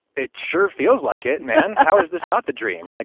it sure feels like it, man. how is this not the dream? like